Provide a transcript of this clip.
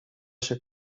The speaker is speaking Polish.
się